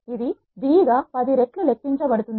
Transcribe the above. ఇది b గా పది 10 రెట్లు లెక్కించబడుతుంది